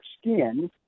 skin